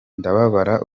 ndababara